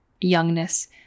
youngness